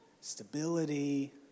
stability